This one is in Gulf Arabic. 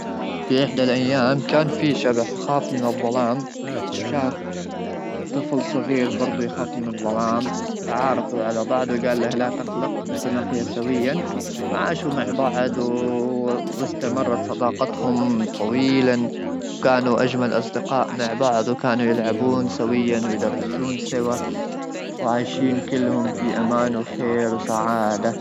في احدى الايام كان في شبح خاص من الظلام وشاف طفل صغير برضو يخاف من الظلام تعارفوا على بعض ,وقال له لا تقلق سنحيا سويا ,وعاشوا مع بعض ,واستمرت صداقتهم طويلا وكانوا اجمل اصدقاء مع بعض ,وكانوا يلعبون سويا ويدردشون سوا وعايشين كلهم في امان وخير وسعاده.